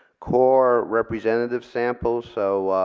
core representative sample, so